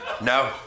no